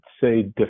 say